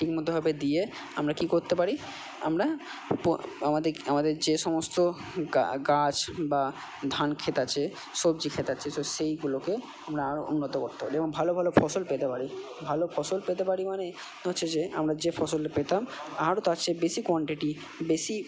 ঠিকমতোভাবে দিয়ে আমরা কি করতে পারি আমরা আমাদের আমাদের যে সমস্ত গাছ বা ধান ক্ষেত আছে সবজি ক্ষেত আছে তো সেইগুলোকে আমরা আরও উন্নত করতে পারি এবং ভালো ভালো ফসল পেতে পারি ভালো ফসল পেতে পারি মানে হচ্ছে যে আমরা যে ফসলটা পেতাম আরও তার চেয়ে বেশি কোয়ানটিটি বেশি